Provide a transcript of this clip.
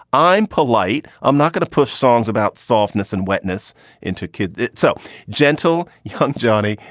i'm polite. i'm not going to push songs about softness and wetness into kids. so gentle. young johnny.